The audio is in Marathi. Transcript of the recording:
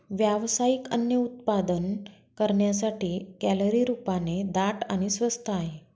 व्यावसायिक अन्न उत्पादन करण्यासाठी, कॅलरी रूपाने दाट आणि स्वस्त आहे